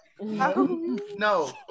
No